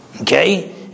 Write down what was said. Okay